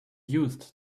used